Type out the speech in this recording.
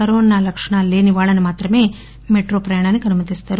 corona లక్షణాలు లేని వాళ్లను మాత్రమే మెట్రో ప్రయాణానికి అనుమతిస్తారు